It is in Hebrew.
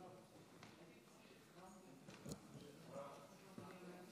גברתי היושבת-ראש, חבריי חברי